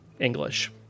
English